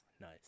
nice